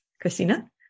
Christina